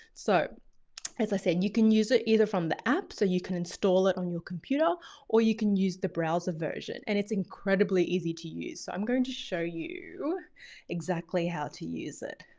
so as i said, you can use it either from the app so you can install it on your computer or you can use the browser version and it's incredibly easy to use. so i'm going to show you exactly how to use it.